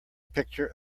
picture